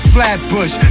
Flatbush